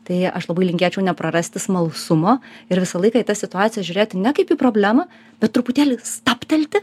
tai aš labai linkėčiau neprarasti smalsumo ir visą laiką į tas situacijas žiūrėti ne kaip į problemą bet truputėlį stabtelti